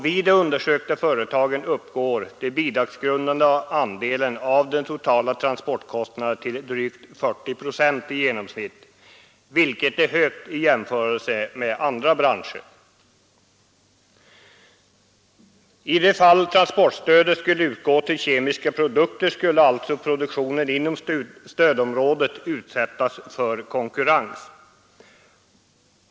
Vid de undersökta företagen uppgår den bidragsgrundande andelen av den totala transportkostnaden till i genomsnitt drygt 40 procent, vilket är högt i jämförelse med andra branscher. I de fall transportbidrag skall utgå till kemiska produkter skulle alltså produktionen inom stödområdet utsättas för konkurrens.